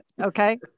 Okay